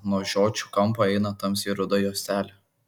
nuo žiočių kampo eina tamsiai ruda juostelė